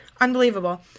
Unbelievable